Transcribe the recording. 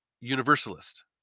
universalist